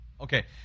Okay